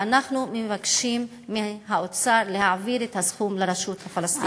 ואנחנו מבקשים מהאוצר להעביר את הסכום לרשות הפלסטינית.